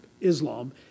Islam